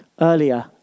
Earlier